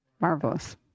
Marvelous